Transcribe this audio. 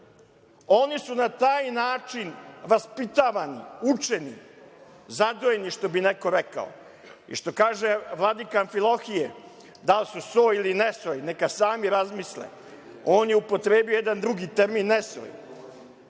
Oni su na taj način vaspitavani, učeni, zadojeni, što bi neko rekao. Što kaže vladika Amfilohije - dal su soj ili nesoj, neka sami razmisle. On je upotrebio jedan drugi termin - nesoj.